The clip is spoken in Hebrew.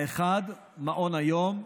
האחד, מעון היום,